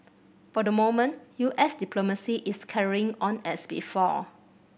for the moment U S diplomacy is carrying on as before